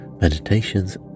meditations